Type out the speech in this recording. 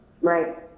Right